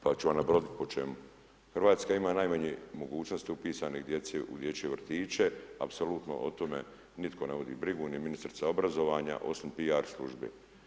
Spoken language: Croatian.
Pa ću vam nabrojati po čemu, Hrvatska ima najmanje mogućnosti upisane djece u dječje vrtiće, apsolutno o tome, nitko ne vodi brigu, ni ministrica obrazovanja, osim P.R. službe.